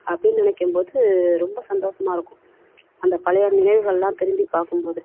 அப்படின்னு நினைக்கும் போது ரொம்ப சந்தோஷமா இருக்கும் அந்த பழைய நினைவுகளெலாம் திரும்பி பார்க்கும் போது